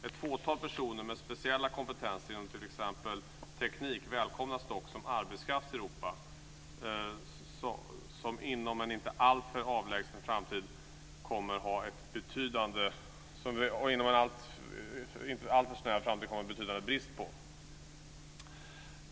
Ett fåtal personer med speciella kompetenser inom t.ex. teknik välkomnas dock som arbetskraft i Europa som vi inom en inte alltför avlägsen framtid kommer att ha en betydande brist på.